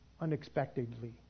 Unexpectedly